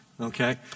okay